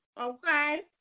okay